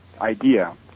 idea